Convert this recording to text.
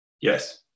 Yes